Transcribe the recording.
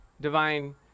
divine